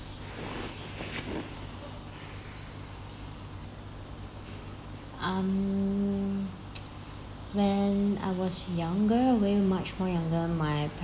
um when I was younger way much more younger my